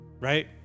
right